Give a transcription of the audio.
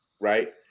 right